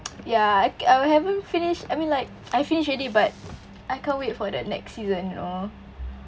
ya I ca~ I haven't finish I mean like I finish already but I can't wait for the next season you know